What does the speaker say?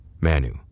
Manu